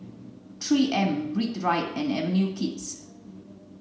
three M Breathe Right and Avenue Kids